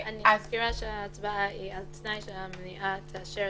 הצבעה בעד,